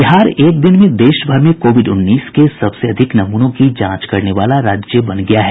बिहार एक दिन में देशभर में कोविड उन्नीस के सबसे अधिक नमूनों की जांच करने वाला राज्य बन गया है